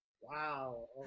Wow